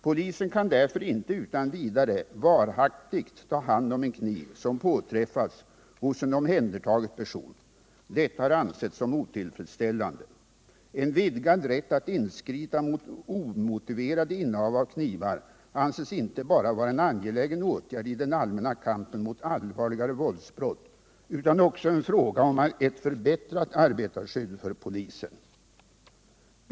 Polisen kan därför inte utan vidare varaktigt ta om hand en kniv som påträffats hos en omhändertagen person. Detta har ansetts som otillfredsställande. En vidgad rätt att inskrida mot omotiverade innehav av knivar anses inte bara vara en angelägen åtgärd i den allmänna kampen mot allvarligare våldsbrott utan också en fråga om ett förbättrat arbetarskydd för polisen.